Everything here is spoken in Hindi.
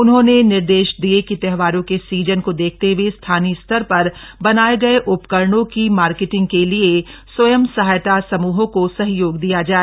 उन्होंने निर्देश दिये कि त्योहारों के सीजन के को देखते हए स्थानीय स्तर पर बनाये गये उपकरणों की मार्केटिंग के लिए स्वयं सहायता समूहों को सहयोग दिया जाय